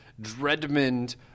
Dreadmond